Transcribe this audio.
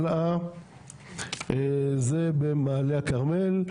זה במעלה הכרמל,